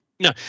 No